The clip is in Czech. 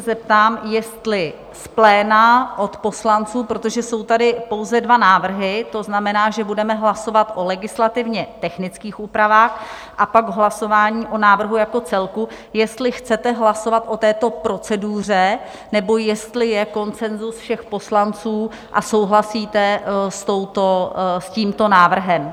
Zeptám se, jestli z pléna od poslanců, protože jsou tady pouze dva návrhy to znamená, že budeme hlasovat o legislativně technických úpravách a pak hlasování o návrhu jako celku jestli chcete hlasovat o této proceduře, nebo jestli je konsenzus všech poslanců a souhlasíte s tímto návrhem?